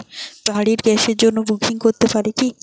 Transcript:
বাড়ির গ্যাসের জন্য বুকিং করতে পারি কি?